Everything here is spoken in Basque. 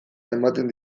ematen